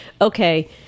okay